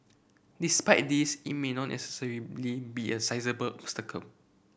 despite this it may not necessarily be a sizeable obstacle